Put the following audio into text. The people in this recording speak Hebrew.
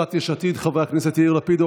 קבוצת סיעת יש עתיד: חברי הכנסת יאיר לפיד,